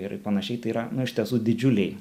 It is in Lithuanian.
ir panašiai tai yra iš tiesų didžiuliai